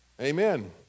Amen